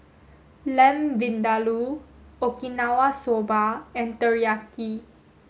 Lamb Vindaloo Okinawa soba and Teriyaki